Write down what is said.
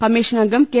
commission അംഗം K